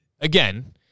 again